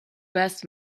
best